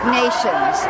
nations